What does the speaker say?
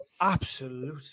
Absolute